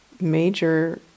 major